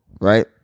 right